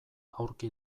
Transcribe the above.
aurki